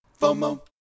FOMO